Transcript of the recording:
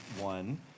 one